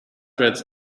dreads